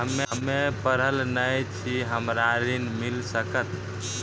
हम्मे पढ़ल न छी हमरा ऋण मिल सकत?